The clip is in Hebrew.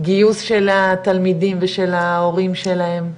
גיוס של התלמידים ושל ההורים שלהם.